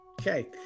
Okay